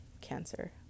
cancer